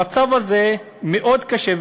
המצב הזה מאוד קשה,